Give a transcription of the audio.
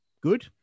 good